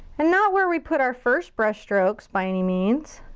and not where we put our first brush strokes by any means.